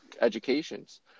educations